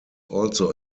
also